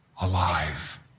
alive